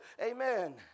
Amen